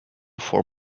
for